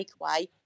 takeaway